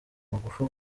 magufa